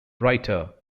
writer